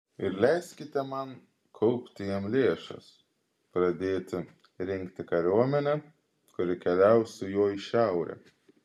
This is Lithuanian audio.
ir leiskite man kaupti jam lėšas pradėti rinkti kariuomenę kuri keliaus su juo į šiaurę